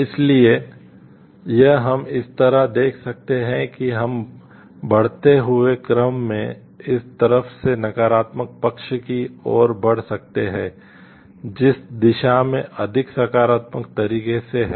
इसलिए यह हम इस तरह देख सकते हैं कि हम बढ़ते हुए क्रम में इस तरफ से नकारात्मक पक्ष की ओर बढ़ सकते हैं जिस दिशा में अधिक सकारात्मक तरीके से है